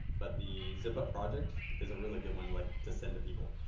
but the zip-up project is a really good one like to send to people.